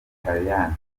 butaliyani